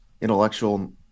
intellectual